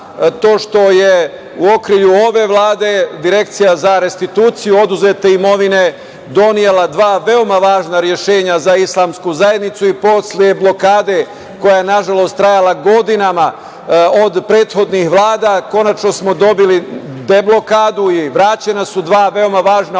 to što je u okrilju ove Vlade Direkcija za restituciju oduzete imovine donela dva veoma važna rešenja za islamsku zajednicu. Posle blokade koja je nažalost trajala godinama od prethodnih vlada konačno smo dobili deblokadu i vraćena su dva veoma važna objekta.